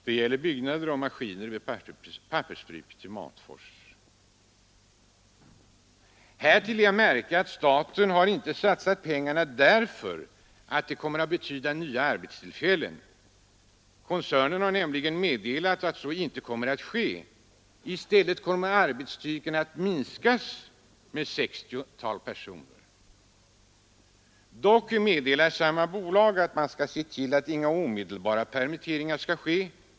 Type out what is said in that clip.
De pengarna går till maskiner och Härtill är att märka att staten inte har satsat de pengarna därför att de kommer att betyda nya arbetstillfällen. Koncernen har nämligen meddelat att så inte kommer att ske. I stället kommer arbetsstyrkan att minskas med ett sextiotal personer. Dock meddelar bolaget att man skall se till att inga omedelbara permitteringar sker.